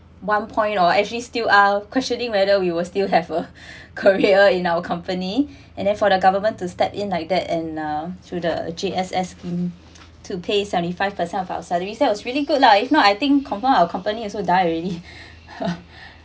one point or actually still are questioning whether we will still have a career in our company and then for the government to step in like that and uh through the G_S_S scheme to pay seventy five percent of our salaries that was really good lah if not I think confirm our company also die already